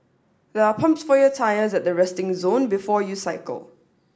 there are pumps for your tyres at the resting zone before you cycle